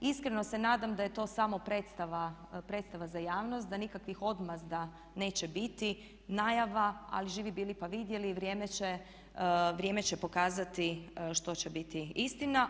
Iskreno se nadam da je to samo predstava za javnost, da nikakvih odmazda neće biti, najava ali živi bili pa vidjeli vrijeme će pokazati što će biti istina.